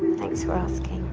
thanks for asking